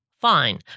Fine